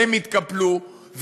הם יתקפלו,